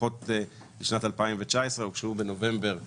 הדוחות לשנת 2019 שהוגשו בנובמבר 2020,